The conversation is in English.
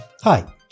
Hi